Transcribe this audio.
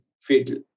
fatal